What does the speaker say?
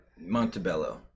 Montebello